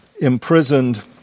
imprisoned